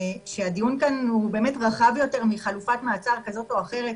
שהדיון כאן הוא רחב יותר מחלופת מעצר כזאת או אחרת,